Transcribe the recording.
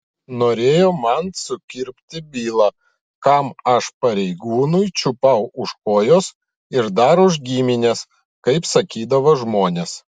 norėjo man sukirpti bylą kam aš pareigūnui čiupau už kojos ir dar už giminės kaip sakydavo žmonės